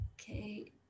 Okay